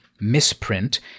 misprint